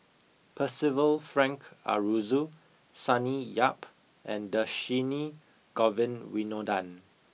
Percival Frank Aroozoo Sonny Yap and Dhershini Govin Winodan